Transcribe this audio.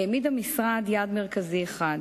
העמיד המשרד יעד מרכזי אחד